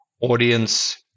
audience